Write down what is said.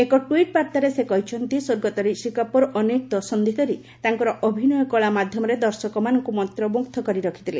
ଏକ ଟ୍ପିଟ୍ ବାର୍ତ୍ତାରେ ସେ କହିଛନ୍ତି ସ୍ୱର୍ଗତ ରିଷି କପୁର ଅନେକ ଦଶନ୍ଧି ଧରି ତାଙ୍କର ଅଭିନୟ କଳା ମାଧ୍ୟମରେ ଦର୍ଶକମାନଙ୍କୁ ମନ୍ତ୍ରମୁଗ୍ଧ କରି ରଖିଥିଲେ